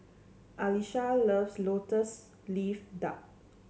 Alisha loves lotus leaf duck